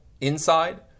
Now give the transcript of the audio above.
inside